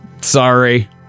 Sorry